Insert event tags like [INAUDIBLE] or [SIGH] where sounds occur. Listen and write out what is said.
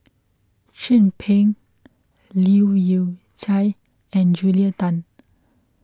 Chin Peng Leu Yew Chye and Julia Tan [NOISE]